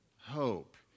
hope